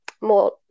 more